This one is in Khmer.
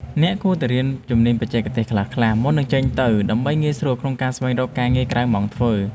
អ្នកគួរតែរៀនជំនាញបច្ចេកទេសខ្លះៗមុននឹងចេញទៅដើម្បីងាយស្រួលក្នុងការស្វែងរកការងារក្រៅម៉ោងធ្វើ។